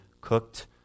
cooked